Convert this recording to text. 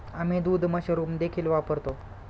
आम्ही दूध मशरूम देखील वापरतो